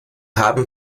haben